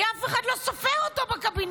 כי אף אחד לא סופר אותו בקבינט.